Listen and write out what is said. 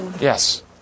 Yes